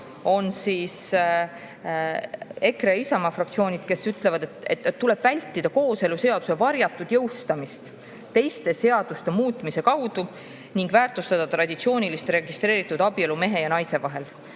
on EKRE ja Isamaa fraktsioon, kes ütlevad, et tuleb vältida kooseluseaduse varjatud jõustamist teiste seaduste muutmise kaudu ning väärtustada traditsioonilist registreeritud abielu mehe ja naise vahel.